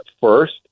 first